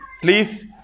Please